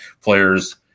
players